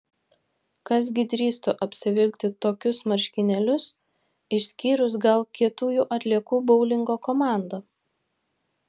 kas gi drįstų apsivilkti tokius marškinėlius išskyrus gal kietųjų atliekų boulingo komandą